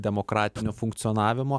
demokratinio funkcionavimo